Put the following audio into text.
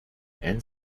and